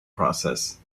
process